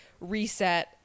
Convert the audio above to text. reset